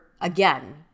again